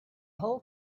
whole